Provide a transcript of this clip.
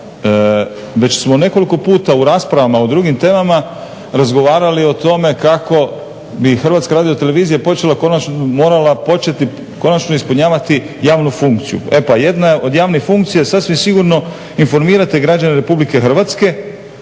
Već smo nekoliko puta u raspravama o drugim temama razgovarali o tome kako bi HRT morala konačno početi ispunjavati javnu funkciju. E pa jedna od javnih funkcija je sasvim sigurno informirati građane RH i to